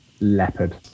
leopard